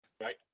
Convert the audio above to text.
right